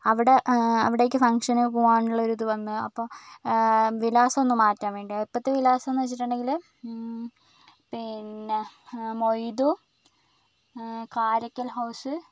അവിടെ അവിടേക്ക് ഫംഗ്ഷന് പോകാനുള്ള ഒരു ഇത് വന്നു അപ്പോൾ വിലാസം ഒന്ന് മാറ്റാൻ വേണ്ടി ഇപ്പോഴത്തെ വിലാസം എന്ന് വെച്ചിട്ടുണ്ടെങ്കിൽ പിന്നെ മൊയ്തു കാരക്കൽ ഹൗസ്